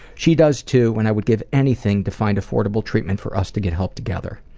she does too, and i would give anything to find affordable treatment for us to get help together.